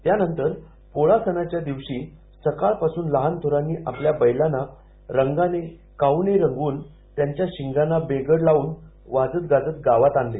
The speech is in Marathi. त्यानंतर पोळा सणाच्या दिवशी सकाळपासून लहानथोरांनी आपल्या बैलांना रंगानं कावेनं रंगवून त्यांच्या शिंगांना बेगड लावून वाजत गाजत गावात आणले